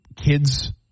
kids